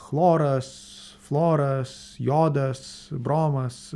chloras fluoras jodas bromas